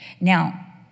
Now